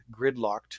gridlocked